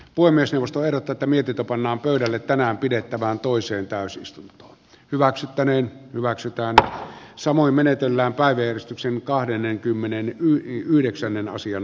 voi myös juustoilla tätä mietintö pannaan pöydälle tänään pidettävän toiseen täysistunto hyväksyttäneen hyväksytään samoin menetellään päivystyksen kahdennenkymmenennen ja yhdeksännen asian